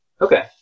Okay